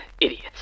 Idiots